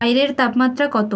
বাইরের তাপমাত্রা কতো